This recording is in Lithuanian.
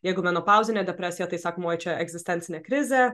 jeigu menopauzinė depresija tai sakom oj čia egzistencinė krizė